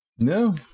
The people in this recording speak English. No